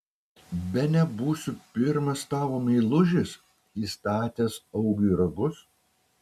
bene būsiu pirmas tavo meilužis įstatęs augiui ragus